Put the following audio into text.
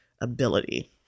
ability